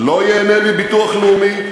לא ייהנה מביטוח לאומי,